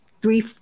three